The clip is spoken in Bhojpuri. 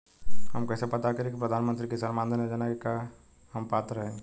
हम कइसे पता करी कि प्रधान मंत्री किसान मानधन योजना के हम पात्र हई?